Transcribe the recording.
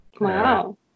Wow